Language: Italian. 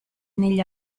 negli